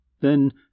Then